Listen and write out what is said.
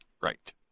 Right